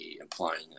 implying